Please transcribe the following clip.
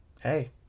Hey